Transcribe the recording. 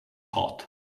hot